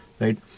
right